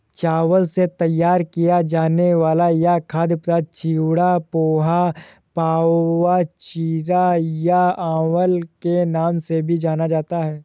चावल से तैयार किया जाने वाला यह खाद्य पदार्थ चिवड़ा, पोहा, पाउवा, चिरा या अवल के नाम से भी जाना जाता है